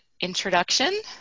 introduction